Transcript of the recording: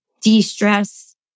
de-stress